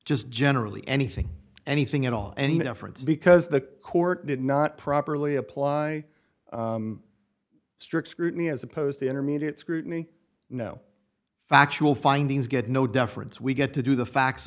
just generally anything anything at all any difference because the court did not properly apply strict scrutiny as opposed to intermediate scrutiny no factual findings get no deference we get to do the facts